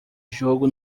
jogo